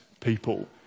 people